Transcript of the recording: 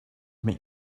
make